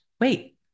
wait